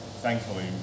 thankfully